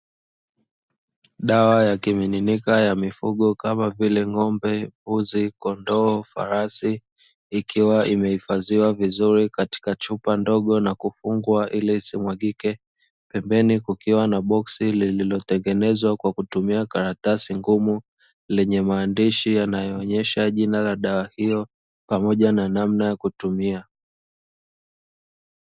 Dawa ya kimiminika ya mifugo kamavile ng'ombe, mbuzi, kondoo, farasi ikiwa imeifadhiwa vizuri katika chupa ndogo na kufungwa ili isimwagike pembeni kukiwa na boksi lililo tengenezwa kwa kutumia karatasi ngumu, lenye maandishi yanayoonyesha jina la dawa hiyo pamoja na namna ya kutumia.